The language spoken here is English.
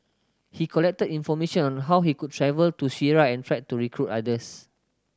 he collected information on how he could travel to Syria and tried to recruit others